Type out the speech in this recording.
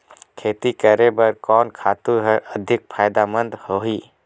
खेती करे बर कोन खातु हर अधिक फायदामंद होही?